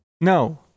No